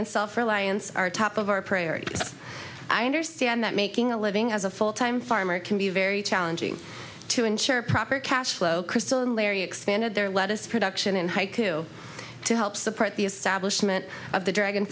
and self reliance are top of our priorities so i understand that making a living as a full time farmer can be very challenging to ensure proper cash flow crystal and larry expanded their lettuce production in haikou to help support the establishment of the dragon